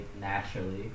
naturally